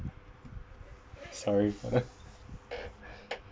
sorry